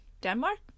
Denmark